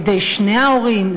בידי שני ההורים,